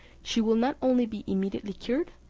she will not only be immediately cured,